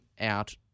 out